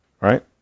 Right